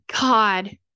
God